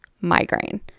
migraine